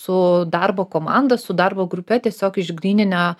su darbo komanda su darbo grupe tiesiog išgryninę